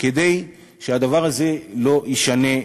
כדי שהדבר הזה לא יישנה.